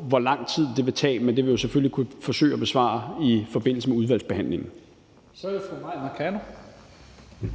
hvor lang tid det vil tage, men det vil jeg selvfølgelig kunne forsøge at besvare i forbindelse med udvalgsbehandlingen. Kl. 17:04 Første næstformand (Leif Lahn Jensen): Så er det fru Mai Mercado. Kl. 17:04